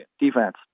defense